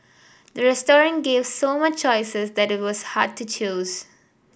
the restaurant gave so much choices that it was hard to choose